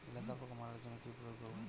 লেদা পোকা মারার জন্য কি প্রয়োগ করব?